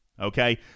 okay